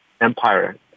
Empire